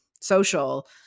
social